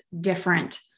different